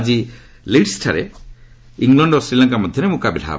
ଆଜି ଲିଡ୍ସ୍ଠାରେ ଇଂଲଣ୍ଡ ଓ ଶ୍ରୀଲଙ୍କା ମଧ୍ୟରେ ମୁକାବିଲା ହେବ